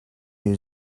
new